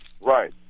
Right